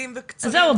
מראש.